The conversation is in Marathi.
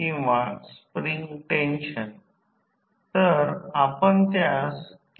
तर या प्रकरणात तर हे एक ऑटोट्रान्सफॉर्मर आहे परंतु आपल्याला या 2 ची तुलना करावी लागेल